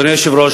אדוני היושב-ראש,